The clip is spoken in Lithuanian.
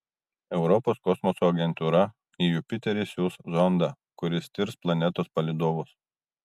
europos kosmoso agentūra į jupiterį siųs zondą kuris tirs planetos palydovus